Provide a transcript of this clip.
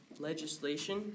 legislation